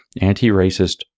anti-racist